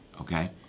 okay